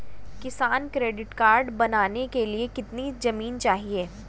किसान credit card बनाने के लिए कितनी जमीन चाहिए?